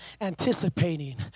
anticipating